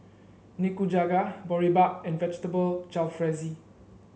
Nikujaga Boribap and Vegetable Jalfrezi